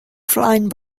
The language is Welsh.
flaen